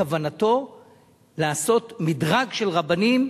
כוונתו לעשות מדרג של רבנים,